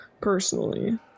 personally